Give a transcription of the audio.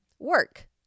work